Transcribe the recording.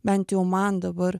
bent jau man dabar